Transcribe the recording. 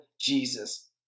Jesus